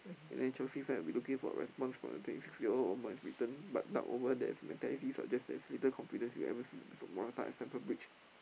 and then Chelsea fans will be looking for a response from the twenty six year old upon his return but the mentality suggest there's little confidence ever since Morata at Stamford-Bridge